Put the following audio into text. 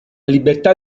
libertà